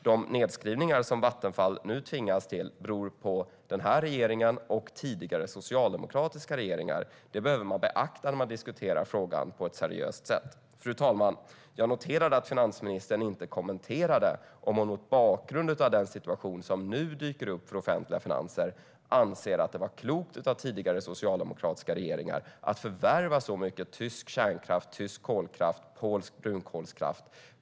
De nedskrivningar som Vattenfall nu tvingas till beror på den här regeringen och tidigare socialdemokratiska regeringar. Det behöver man beakta när man diskuterar frågan på ett seriöst sätt. Fru talman! Jag noterade att finansministern inte kommenterade om hon, mot bakgrund av den situation som nu dyker upp för offentliga finanser, anser att det var klokt av tidigare socialdemokratiska regeringar att förvärva så mycket tysk kärnkraft, tysk kolkraft och polsk brunkolskraft.